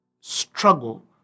struggle